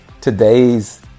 Today's